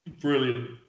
Brilliant